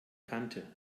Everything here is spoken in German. kante